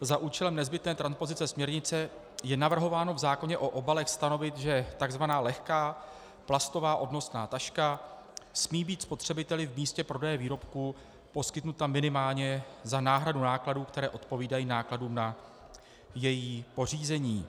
Za účelem nezbytné transpozice směrnice je navrhováno v zákoně o obalech stanovit, že tzv. lehká plastová odnosná taška smí být spotřebiteli v místě prodeje výrobku poskytnuta minimálně za náhradu nákladů, které odpovídají nákladům na její pořízení.